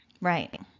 Right